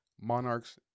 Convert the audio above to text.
monarchs